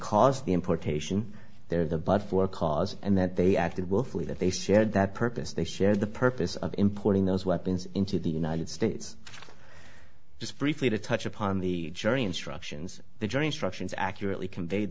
cause the importation there is a but for cause and that they acted willfully that they share that purpose they share the purpose of importing those weapons into the united states just briefly to touch upon the jury instructions the jury instructions accurately convey